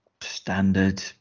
standard